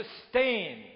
sustain